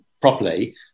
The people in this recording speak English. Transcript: properly